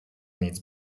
needs